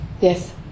yes